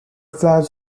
flowers